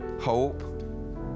hope